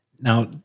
now